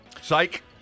Psych